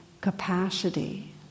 capacity